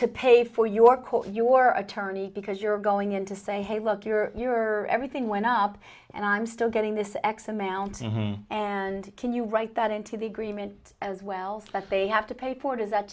to pay for your court your attorney because you're going in to say hey look you're your everything went up and i'm still getting this x amount and can you write that into the agreement as well that they have to pay for it is that